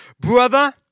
Brother